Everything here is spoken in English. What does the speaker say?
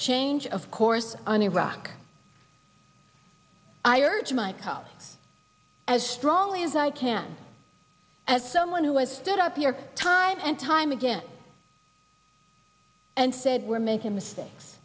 change of course on iraq i urge my colleagues as strongly as i can as someone who has stood up here time and time again and said we're making mistakes